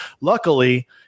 Luckily